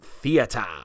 Theater